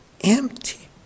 empty